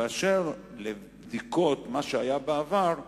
באשר לבדיקות של מה שהיה בעבר,